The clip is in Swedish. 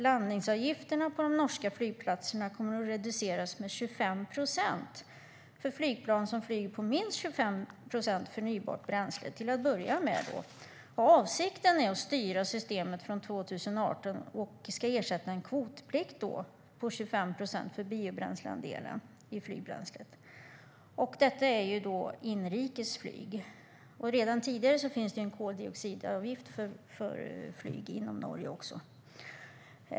Landningsavgifterna på de norska flygplatserna kommer att reduceras med 25 procent för flygplan som flyger på minst 25 procent förnybart bränsle. Avsikten är att styra systemet från 2018. Avgiften ska ersätta en kvotplikt på 25 procent för biobränsleandelen i flygbränslet. Detta handlar om inrikes flyg. Sedan tidigare finns en koldioxidavgift för flyg inom Norge.